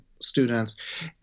students